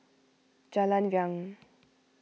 Jalan Riang